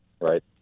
Right